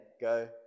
go